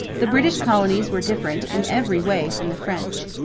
the british colonies were different in every way from the french.